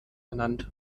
ernannt